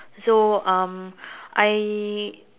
so um I